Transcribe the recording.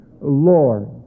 Lord